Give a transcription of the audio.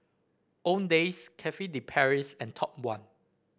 Owndays Cafe De Paris and Top One